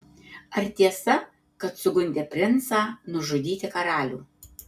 ar tiesa kad sugundė princą nužudyti karalių